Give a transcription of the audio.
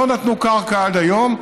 לא נתנו קרקע עד היום,